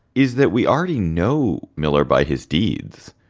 is that we already know. miller by his deeds,